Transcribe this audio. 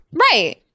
Right